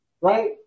right